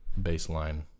baseline